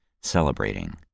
celebrating